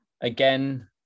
Again